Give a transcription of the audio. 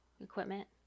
equipment